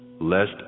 lest